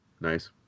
Nice